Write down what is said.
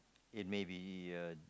it may be uh